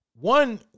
one